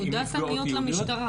תעודת עניות למשטרה,